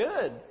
good